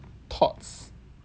her thoughts